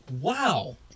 Wow